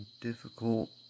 difficult